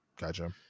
gotcha